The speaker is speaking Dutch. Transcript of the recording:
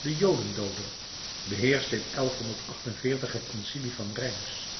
den jodendooder beheerschte in het concilie van reims